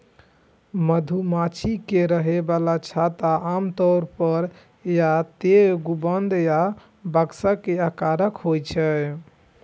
मधुमाछी के रहै बला छत्ता आमतौर पर या तें गुंबद या बक्सा के आकारक होइ छै